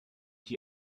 die